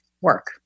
work